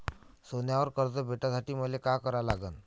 सोन्यावर कर्ज भेटासाठी मले का करा लागन?